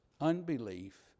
unbelief